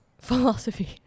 philosophy